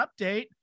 update